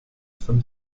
von